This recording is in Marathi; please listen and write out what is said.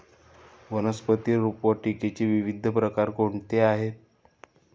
वनस्पती रोपवाटिकेचे विविध प्रकार कोणते आहेत?